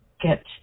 get